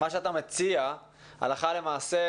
הלכה למעשה,